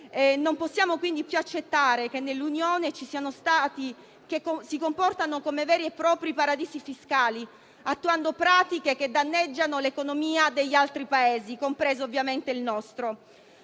Non possiamo quindi più accettare che nell'Unione ci siano Stati che si comportano come veri e propri paradisi fiscali, attuando pratiche che danneggiano l'economia degli altri Paesi, compreso ovviamente il nostro.